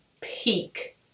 peak